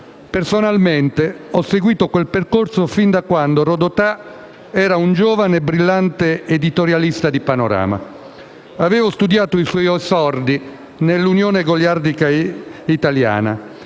Personalmente ho seguito quel percorso fin da quando Rodotà era un giovane e brillante editorialista di «Panorama». Avevo studiato i suoi esordi nell'Unione Goliardica Italiana